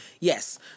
Yes